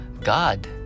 God